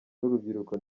n’urubyiruko